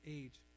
age